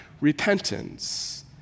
repentance